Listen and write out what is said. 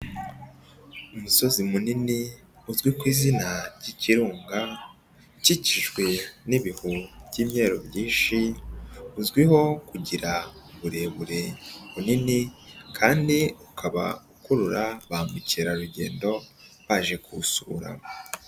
Umusozi munini uzwi ku izina ry'ikirunga, ukikijwe n'ibihu by'imyeru byinshishi, uzwiho kugira uburebure bunini kandi ukaba ukurura ba mukerarugendo baje kuwusura.